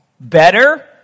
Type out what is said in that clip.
Better